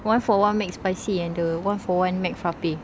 one for one mcspicy and the one for one mcfrappe